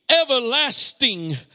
everlasting